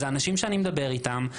זה אנשים שאני מדבר איתם.